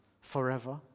forever